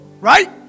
Right